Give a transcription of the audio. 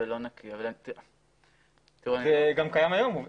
זה גם קיים היום.